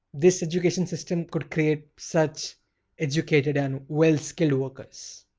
this education system could create such educated and well-skilled workers.